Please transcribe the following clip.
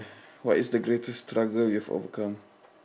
what is the greatest struggle you have overcome